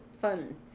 fun